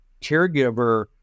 caregiver